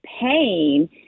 pain